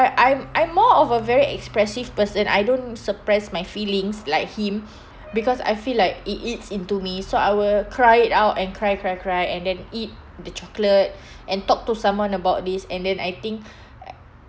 I'm I'm more of a very expressive person I don't suppress my feelings like him because I feel like it eats into me so I will cry it out and cry cry cry and then eat the chocolate and talk to someone about this and then I think